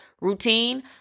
routine